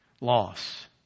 loss